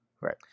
Right